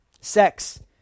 sex